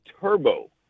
turbo